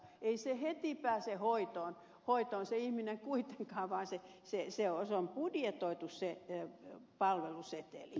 ei se heti pääse hoitoon se ihminen kuitenkaan vaan se on budjetoitu se palveluseteli